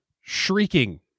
shrieking